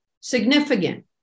significant